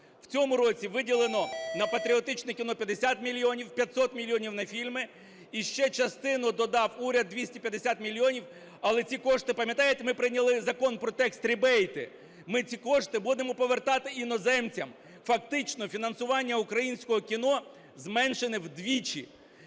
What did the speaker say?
В цьому році виділено на патріотичне кіно 50 мільйонів, 500 мільйонів – на фільми і ще частину додав уряд – 250 мільйонів, але ці кошти, пам'ятаєте, ми прийняли закон про cash rebate? Ми ці кошти будемо повертати іноземцям. Фактично фінансування українського кіно зменшено вдвічі.